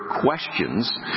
questions